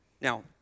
now